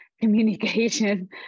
communication